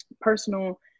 personal